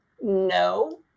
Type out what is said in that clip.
no